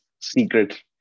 secret